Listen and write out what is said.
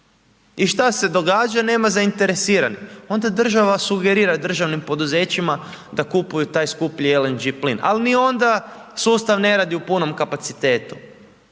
I šta se događa, nema zainteresiranih, onda država sugerira državnim poduzećima da kupuju taj skuplji LNG plin ali ni onda sustav ne radi u punom kapacitetu.